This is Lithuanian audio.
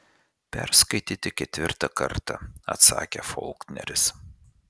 perskaityti ketvirtą kartą atsakė faulkneris